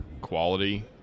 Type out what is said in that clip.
quality